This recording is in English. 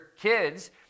kids